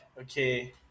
okay